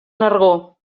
nargó